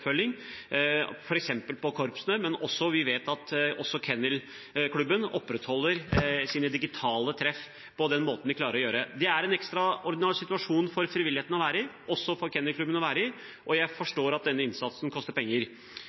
korpsene. Vi vet at også Norsk Kennel Klub opprettholder sine treff digitalt, på den måten de klarer det. Det er en ekstraordinær situasjon å være i for frivilligheten, også for Norsk Kennel Klub, og jeg forstår at denne innsatsen koster penger.